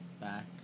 back